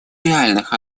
реальных